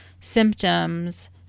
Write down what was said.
symptoms